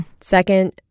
Second